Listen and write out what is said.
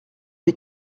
des